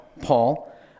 Paul